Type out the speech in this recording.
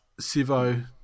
Sivo